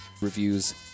reviews